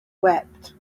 wept